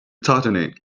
tightening